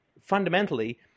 fundamentally